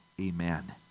amen